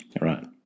Right